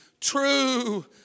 true